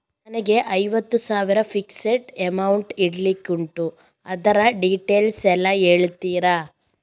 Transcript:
ನನಗೆ ಐವತ್ತು ಸಾವಿರ ಫಿಕ್ಸೆಡ್ ಅಮೌಂಟ್ ಇಡ್ಲಿಕ್ಕೆ ಉಂಟು ಅದ್ರ ಡೀಟೇಲ್ಸ್ ಎಲ್ಲಾ ಹೇಳ್ತೀರಾ?